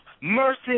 mercy